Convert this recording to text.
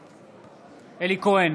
נגד אלי כהן,